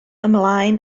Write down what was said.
ymlaen